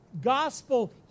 gospel